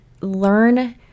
learn